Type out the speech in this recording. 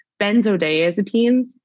benzodiazepines